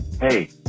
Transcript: hey